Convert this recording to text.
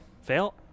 Fail